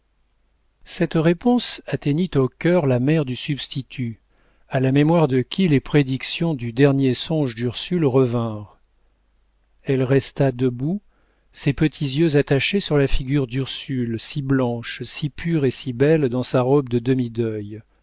cette réponse atteignit au cœur la mère du substitut à la mémoire de qui les prédictions du dernier songe d'ursule revinrent elle resta debout ses petits yeux attachés sur la figure d'ursule si blanche si pure et si belle dans sa robe de